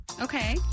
Okay